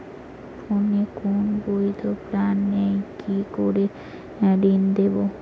ফোনে কোন বৈধ প্ল্যান নেই কি করে ঋণ নেব?